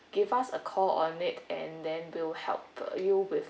give us a call on it and then we'll help uh you with